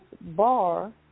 bar